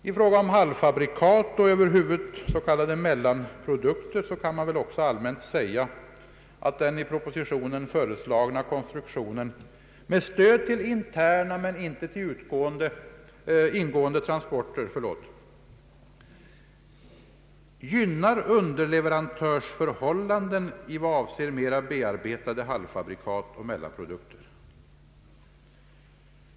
I fråga om halvfabrikat och över huvud taget mellanprodukter kan ju allmänt sägas att den i propositionen föreslagna konstruktionen med stöd till interna men inte till ingående transporter gynnar underleverantörsförhållanden i vad avser mer bearbetade halvfabrikat och mellanprodukter.